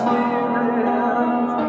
Spirit